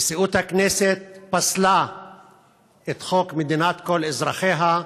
נשיאות הכנסת פסלה את חוק מדינת כל אזרחיה,